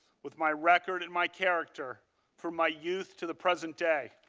with my record and my character for my use to the present day.